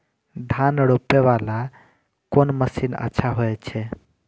धान रोपे वाला कोन मशीन अच्छा होय छे?